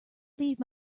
leave